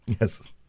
Yes